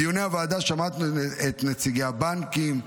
בדיוני הוועדה שמענו את נציגי הבנקים.